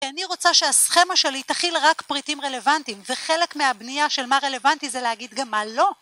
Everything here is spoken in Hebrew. אני רוצה שהסכמה שלי תכיל רק פריטים רלוונטיים, וחלק מהבנייה של מה רלוונטי זה להגיד גם מה לא.